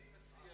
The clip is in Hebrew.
אני מציע,